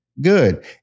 good